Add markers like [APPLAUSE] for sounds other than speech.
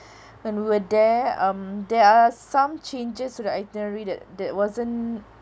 [BREATH] when we were there um there are some changes to the itinerary that that wasn't